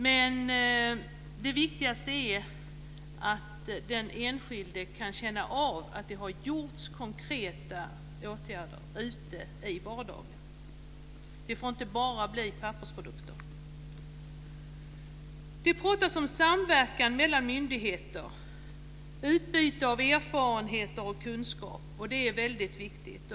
Men det viktigaste är att den enskilde kan känna att det har vidtagits konkreta åtgärder i vardagen. Det får inte bara bli pappersprodukter. Det pratas om samverkan mellan myndigheter, utbyte av erfarenheter och kunskap. Det är väldigt viktigt.